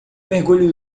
mergulho